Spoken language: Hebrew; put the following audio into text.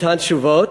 אותן תשובות.